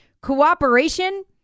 cooperation